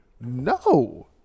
No